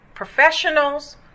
Professionals